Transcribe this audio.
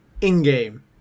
in-game